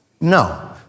No